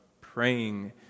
praying